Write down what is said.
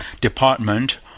department